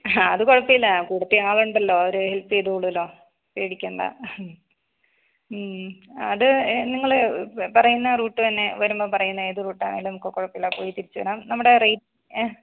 അത് കുഴപ്പമില്ല പൂർത്തി ആവണ്ടല്ലോ അവർ ഹെൽപ്പ് ചെയ്തോളുമല്ലോ പേടിക്കണ്ട അത് നിങ്ങൾ പറയുന്ന റൂട്ട് തന്നെ വരുമ്പോൾ പറയുന്ന ഏത് റൂട്ടാണേലും നമുക്ക് കുഴപ്പമില്ല പോയി തിരിച്ച് വരാം നമ്മുടെ റേ എഹ്